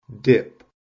dip